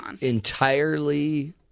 entirely